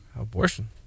Abortion